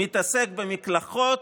מתעסק במקלחות,